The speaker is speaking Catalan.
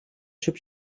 xup